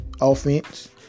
offense